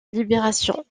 libération